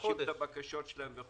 מגישים את הבקשות שלהם.